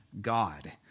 God